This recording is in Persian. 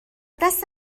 دست